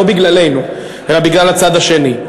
לא בגללנו אלא בגלל הצד השני.